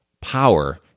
Power